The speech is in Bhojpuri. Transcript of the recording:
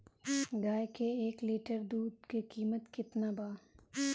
गाय के एक लिटर दूध के कीमत केतना बा?